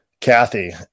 Kathy